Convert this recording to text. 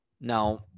Now